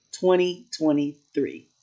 2023